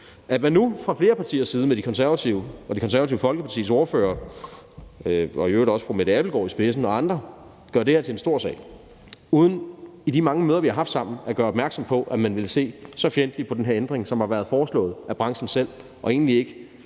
At man nu fra flere partiers side med De Konservative og Det Konservative Folkepartis ordfører og i øvrigt også fru Mette Abildgaard i spidsen og andre gør det her til en stor sag, uden at man i de mange møder, vi har haft sammen, gør opmærksom på, at man ville se så fjendtligt på den her ændring, som har været foreslået af branchen selv og egentlig ikke